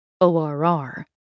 ORR